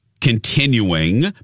continuing